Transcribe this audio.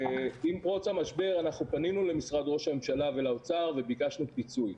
עם פרוץ המשבר פנינו למשרד ראש הממשלה ולאוצר וביקשנו פיצוי.